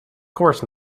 course